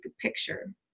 picture